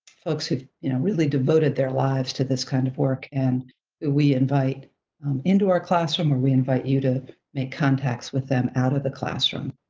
folks who've really devoted their lives to this kind of work, and we invite indoor classroom or we invite you to make contacts with them out of the classroom.